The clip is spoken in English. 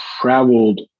traveled